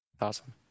awesome